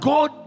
God